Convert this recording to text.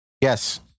Yes